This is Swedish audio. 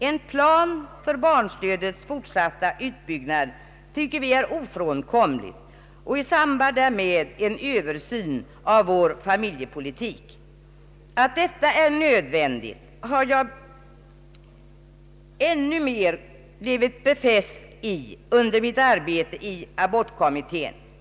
En plan för barnstödets fortsatta utbyggnad tycker vi är ofrånkomlig och i samband därmed en översyn av vår familjepolitik. Att detta är nödvändigt har jag blivit ännu mer befäst i under mitt arbete i abortkommittén.